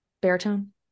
Baritone